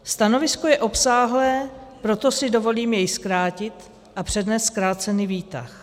Stanovisko je obsáhlé, proto si dovolím je zkrátit a přednést zkrácený výtah.